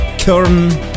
Kern